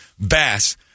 bass